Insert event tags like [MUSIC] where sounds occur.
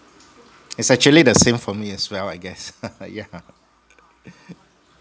its actually the same for me as well I guess [LAUGHS] yeah